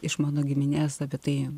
iš mano giminės apie tai